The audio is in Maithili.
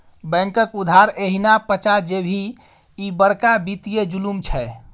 बैंकक उधार एहिना पचा जेभी, ई बड़का वित्तीय जुलुम छै